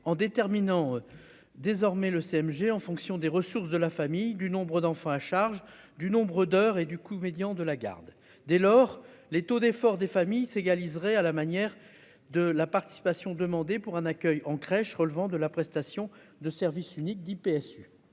en déterminant désormais le CMG en fonction des ressources de la famille du nombre d'enfants à charge du nombre d'heures et du coup médian de la garde, dès lors, les taux d'effort des familles Sega liseré à la manière de la participation demandée pour un accueil en crèche relevant de la prestation de service unique du PSU,